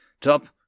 Top